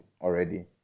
already